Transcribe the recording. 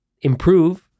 improve